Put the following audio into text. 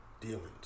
dealings